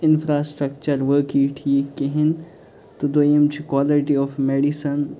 infrastructure وٲقعٕے ٹھیٖک کِہیٖنۍ تہٕ دۄیِم چھُ قالٹی آف میٚڈِسَن